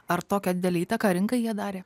ar tokią didelę įtaką rinkai jie darė